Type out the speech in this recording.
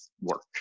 work